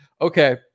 okay